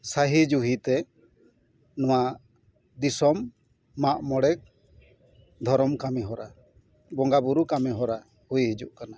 ᱥᱟᱹᱦᱤ ᱡᱩᱦᱤᱛᱮ ᱱᱚᱣᱟ ᱫᱤᱥᱚᱢ ᱢᱟᱜ ᱢᱚᱬᱮ ᱫᱷᱚᱨᱚᱢ ᱠᱟᱹᱢᱤ ᱦᱚᱨᱟ ᱵᱚᱸᱜᱟ ᱵᱳᱨᱳ ᱠᱟᱹᱢᱤ ᱦᱚᱨᱟ ᱦᱩᱭ ᱦᱤᱡᱩᱜ ᱠᱟᱱᱟ